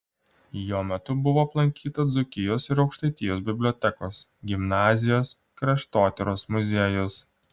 jo metu buvo aplankyta dzūkijos ir aukštaitijos bibliotekos gimnazijos kraštotyros muziejus